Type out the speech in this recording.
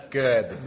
good